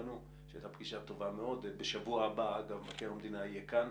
דרך אגב, בשבוע הבא מבקר המדינה יהיה כאן,